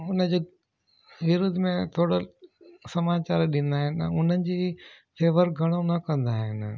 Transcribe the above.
हुन जे विरोध में थोरो समाचार ॾींदा आहिनि ऐं उन्हनि जी फेवर घणो न कंदा आहिनि